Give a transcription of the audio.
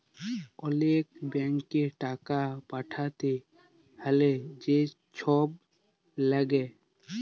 অল্য ব্যাংকে টাকা পাঠ্যাতে হ্যলে যা ছব ল্যাগে